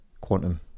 quantum